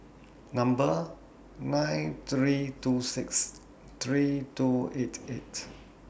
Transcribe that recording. Number nine three two six three two eight eight